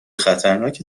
خطرناک